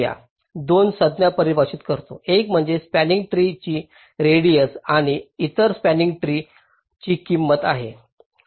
आम्ही 2 संज्ञा परिभाषित करतो एक म्हणजे स्पंनिंग ट्री ची रेडिएस आणि इतर स्पंनिंग ट्रीची किंमत आहे